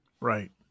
Right